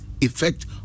effect